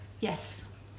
yes